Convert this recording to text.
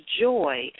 joy